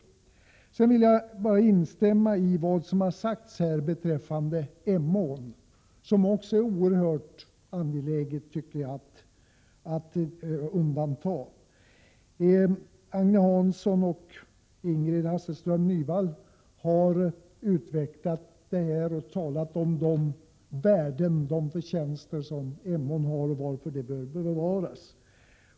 Jag vill bara instämma i vad som sagts beträffande Emån, som det också är oerhört angeläget att undanta. Agne Hansson och Ingrid Hasselström Nyvall har utvecklat synpunkter på den frågan och talat om de värden och förtjänster som Emån har och varför den bör bevaras.